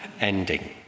ending